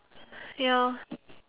ya